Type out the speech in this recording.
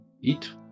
eat